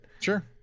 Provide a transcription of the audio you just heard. sure